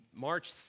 March